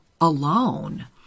alone